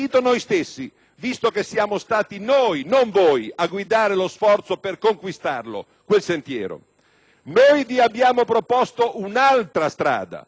Noi vi abbiamo proposto un'altra strada: nel 2009, abbiamo detto, un peggioramento di un punto di PIL nel rapporto indebitamento netto-prodotto,